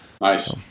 Nice